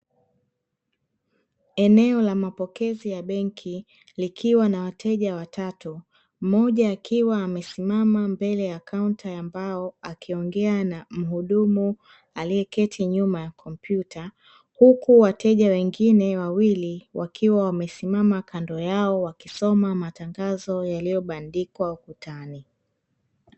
Eneo la mapokezi ya benki likiwa na wateja watatu; mmoja akiwa amesimama mbele ya kaunta ya mbao akiongea na mhudumu aliyeketi nyuma ya kompyuta, huku wateja wengine wawili wakiwa wamesimama kando yao wakisoma matangazo yaliyobandikwa ukutani.